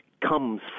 comes